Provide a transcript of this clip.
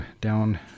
down